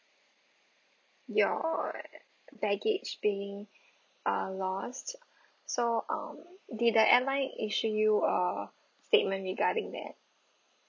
your baggage being ah lost so um did the airline issue you a statement regarding that